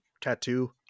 tattoo